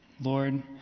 Lord